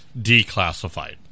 declassified